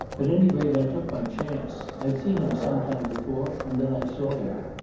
at any rate i took my chance. i'd seen him some time before, and then i saw you.